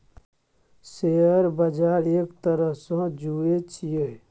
share बजार एक तरहसँ जुऐ छियै